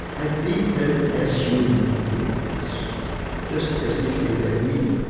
i treat them as human beings just as if they they were me,